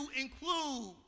include